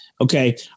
Okay